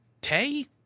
Tay